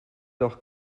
doch